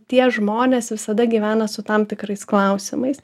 tie žmonės visada gyvena su tam tikrais klausimais